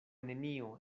nenio